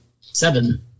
Seven